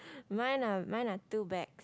mine are mine are two bags